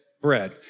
bread